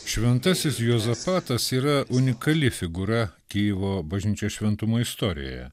šventasis juozapatas yra unikali figūra kijevo bažnyčios šventumo istorijoje